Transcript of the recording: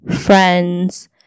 friends